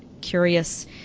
curious